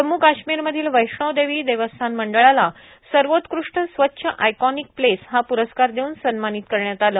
जम्मू काश्मीरमधील वैष्णोदेवी देवस्थान मंडळाला सर्वोत्कृष्ट स्वच्छ आयकॉनिक प्लेस हा पुरस्कार देऊन सन्मानित करण्यात आलं